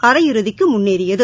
அரையிறுதிக்கு முன்னேறியது